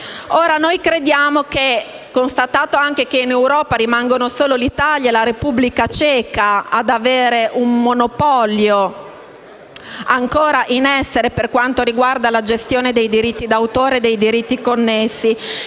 di indirizzo. Ora, constatato che in Europa rimangono solo l'Italia e la Repubblica Ceca ad avere un monopolio ancora in essere per quanto riguarda la gestione dei diritti d'autore e dei diritti connessi